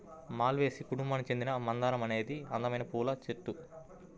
మాల్వేసి కుటుంబానికి చెందిన మందారం అనేది ఒక అందమైన పువ్వుల చెట్టు